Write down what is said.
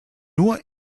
nur